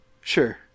Sure